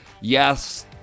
Yes